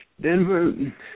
Denver